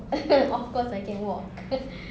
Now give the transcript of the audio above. of course I can walk